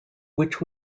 which